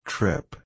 Trip